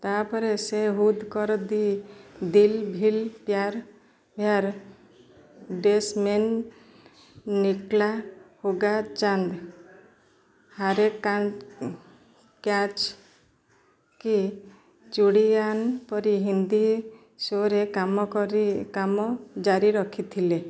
ତା'ପରେ ସେ ହୁଦ୍ କର ଦି ଦିଲ୍ ଭିଲ୍ ପ୍ୟାର୍ ଭାୟାର୍ ଡେସ୍ ମେନ୍ ନିକ୍ଲା ହୋଗା ଚାନ୍ଦ ହାରେ କ୍ୟାଚ୍ କି ଚୁଡ଼ିଆନ୍ ପରି ହିନ୍ଦୀ ଶୋ'ରେ କାମ କରି କାମ ଜାରି ରଖିଥିଲେ